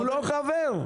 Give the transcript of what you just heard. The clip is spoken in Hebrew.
הוא פעיל, הוא לא חבר.